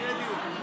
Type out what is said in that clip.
אז שיהיה דיון.